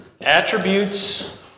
Attributes